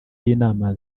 y’inama